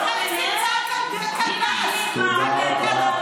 אתה יכול להשתיק אותה, בבקשה, אדוני?